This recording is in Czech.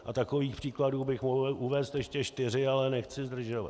A takových příkladů bych mohl uvést ještě čtyři, ale nechci zdržovat.